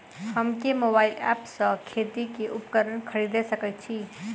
हम केँ mobile app सँ खेती केँ उपकरण खरीदै सकैत छी?